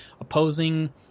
opposing